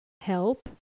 help